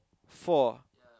four